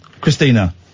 Christina